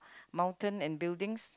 mountain and buildings